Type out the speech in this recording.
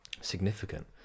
significant